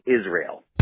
Israel